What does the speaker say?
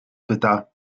pyta